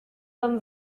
homme